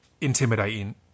intimidating